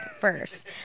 first